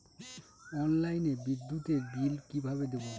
অনলাইনে বিদ্যুতের বিল কিভাবে দেব?